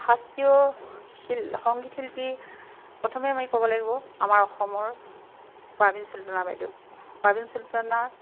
শাস্ত্ৰীয় শি সংগীত শিল্পী প্ৰথমে আমি ক'ব লাগিব আমাৰ অসমৰ পাৰ্বীণ চুলটানা বাইদেউ পাৰ্বীণ চুলটানা